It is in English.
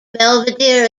belvedere